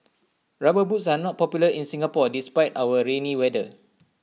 rubber boots are not popular in Singapore despite our rainy weather